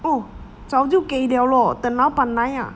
哦早就给了咯等老板来 ah